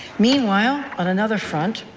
meanwhile, on another front,